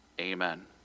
Amen